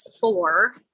four